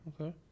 Okay